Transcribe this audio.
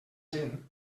gent